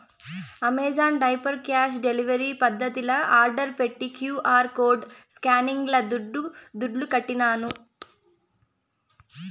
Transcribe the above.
Amazon diaper cash delivery పద్దతిల order పెట్టి QR code స్కానింగ్ల దుడ్లుకట్టినాను